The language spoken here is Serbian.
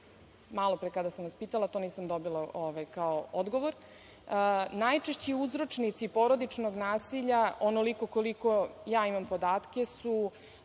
Malo pre kada sam vas pitala, to nisam dobila kao odgovor. Najčešći uzročnici porodičnog nasilja, onoliko koliko ja imam podatke, su